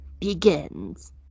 begins